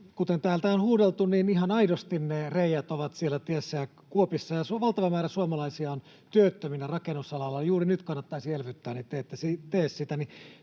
kuten täältä on huudeltu, ihan aidosti ne reiät ja kuopat ovat siellä teissä, ja valtava määrä suomalaisia on työttöminä rakennusalalla. Juuri nyt kannattaisi elvyttää, mutta te ette tee